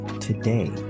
today